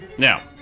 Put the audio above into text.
Now